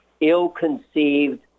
ill-conceived